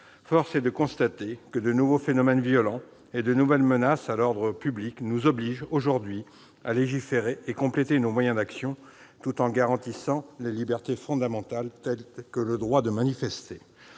Force est de constater que de nouveaux phénomènes violents et de nouvelles menaces à l'ordre public nous obligent aujourd'hui à légiférer et à compléter nos moyens d'action, tout en garantissant les libertés fondamentales, comme le droit de manifester.